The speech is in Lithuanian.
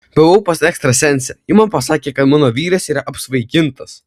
buvau pas ekstrasensę ji man pasakė kad mano vyras yra apsvaigintas